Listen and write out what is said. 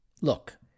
look